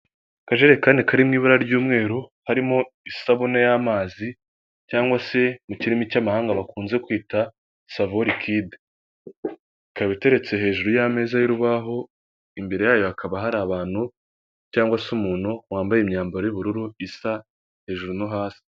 Akajerekani kari mu iba ry'umweru harimo isabune y'amazi cyangwa se mu kirimi cy'amahanga bakunze kwita savo rikide ikaba itereretse hejuru y'ameza y'urubaho imbere yayo hakaba hari abantu cyangwa se umuntu wambaye imyambaro y'ubururu isa hejuru no hasi.